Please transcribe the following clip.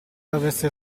avesse